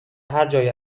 هرجایی